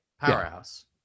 Powerhouse